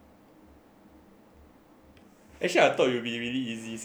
actually I thought it would be really easy sia honestly